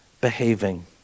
behaving